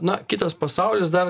na kitas pasaulis dar